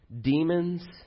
Demons